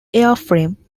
airframe